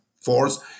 force